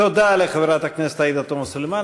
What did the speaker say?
תודה לחברת הכנסת עאידה תומא סלימאן.